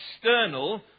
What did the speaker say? external